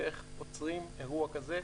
ואיך עוצרים אירוע כזה,